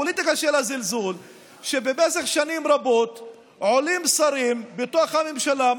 הפוליטיקה של הזלזול היא שבמשך שנים רבות עולים שרים בממשלה,